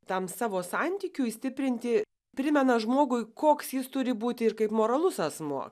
tam savo santykiui stiprinti primena žmogui koks jis turi būti ir kaip moralus asmuo